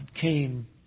came